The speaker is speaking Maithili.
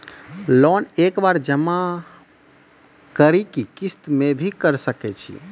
लोन एक बार जमा म करि कि किस्त मे भी करऽ सके छि?